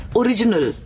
original